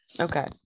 Okay